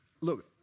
look